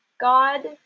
God